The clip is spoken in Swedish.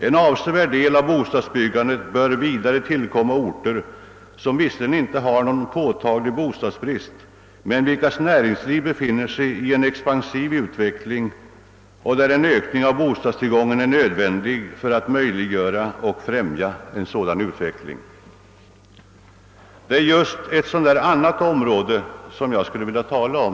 En avsevärd del av bostadsbyggandet bör vidare tillkomma orter, som visserligen inte har någon påtaglig bostadsbrist, men vilkas näringsliv befinner sig i en expansiv utveckling och där en ökning av bostadstillgången är nödvändig för att möjliggöra och främja en sådan utveckling.» Det är just ett sådant där annat område som jag skulle vilja tala om.